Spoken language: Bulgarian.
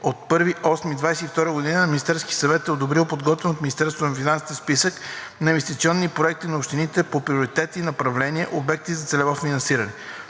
от 1 август 2022 г. Министерският съвет одобрява подготвен от Министерството на финансите Списък на инвестиционни проекти на общините по приоритети и направления/обекти за целево финансиране.